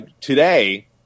Today